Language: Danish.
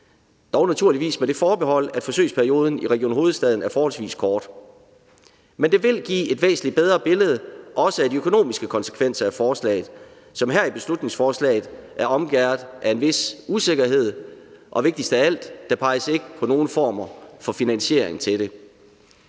dog naturligvis med det forbehold, at forsøgsperioden i Region Hovedstaden er forholdsvis kort. Men det vil give et væsentlig bedre billede, også af de økonomiske konsekvenser af forslaget, som her i beslutningsforslaget er omgærdet af en vis usikkerhed, og som – vigtigst af alt – ikke peger på nogen former for finansiering til det.